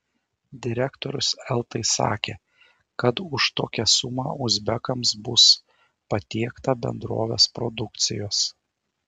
direktorius eltai sakė kad už tokią sumą uzbekams bus patiekta bendrovės produkcijos